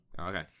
Okay